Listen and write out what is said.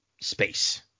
space